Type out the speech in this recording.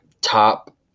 top